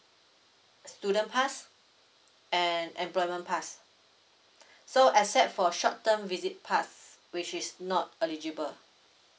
student pass and employment pass so except for short term visit pass which is not eligible